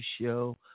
show